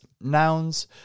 nouns